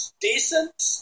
decent